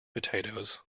potatoes